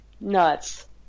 nuts